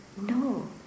no